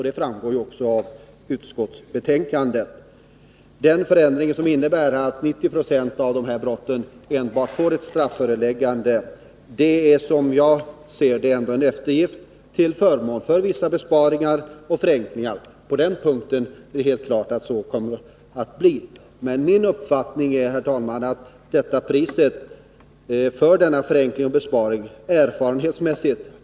Det framgår också av utskottsbetänkandet. Den föreslagna förändringen, som innebär att 90 26 av dessa brottslingar endast får strafföreläggande, är som jag ser det en eftergift, till förmån för vissa besparingar och förenklingar. På den punkten är det alldeles klart att så kommer att bli fallet. Priset, herr talman, för denna ”förenkling” och ”besparing” kommer erfarenhetsmässigt att bli högt.